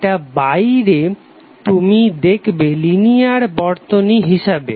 এটা বাইরে তুমি দেখবে লিনিয়ার বর্তনী হিসাবে